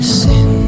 sin